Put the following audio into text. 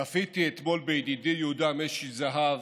צפיתי אתמול בידידי יהודה משי זהב,